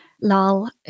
Lal